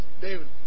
David